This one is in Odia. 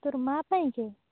ତୋର ମାଆ ପାଇଁକେ